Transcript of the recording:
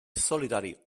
solitary